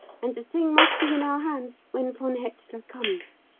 and the thing must be in our hands when von hetzler comes.